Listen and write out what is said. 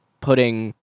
putting